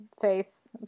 face